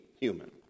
human